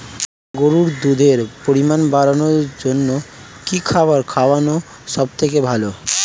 গরুর দুধের পরিমাণ বাড়ানোর জন্য কি খাবার খাওয়ানো সবথেকে ভালো?